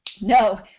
No